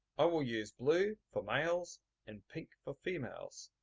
i will use blue for males and pink for females.